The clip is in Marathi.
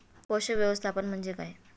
पोषक व्यवस्थापन म्हणजे काय?